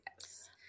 yes